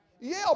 Yale